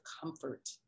comfort